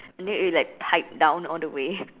then it will like pipe down all the way